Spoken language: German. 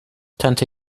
tante